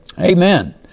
Amen